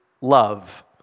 love